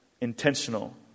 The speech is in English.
intentional